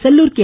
Sellur K